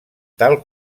tal